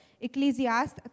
Ecclesiastes